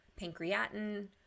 pancreatin